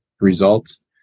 results